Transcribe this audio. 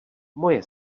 moje